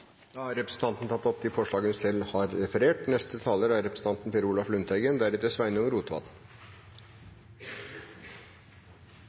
Da har representanten Rigmor Aasrud tatt opp de forslag hun